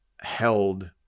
held